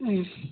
ಹ್ಞೂ